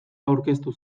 aurkeztu